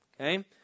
okay